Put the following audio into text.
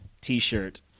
t-shirt